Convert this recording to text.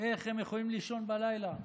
איך הם יכולים לישון בלילה?